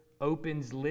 opens